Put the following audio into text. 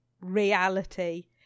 reality